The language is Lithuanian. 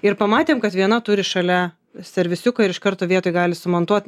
ir pamatėm kad viena turi šalia servisiuką ir iš karto vietoj gali sumontuot